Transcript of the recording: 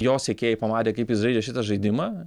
jo sekėjai pamatė kaip jis žaidžia šitą žaidimą